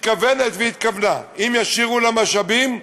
מתכוונת והתכוונה, אם ישאירו לה משאבים,